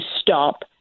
stop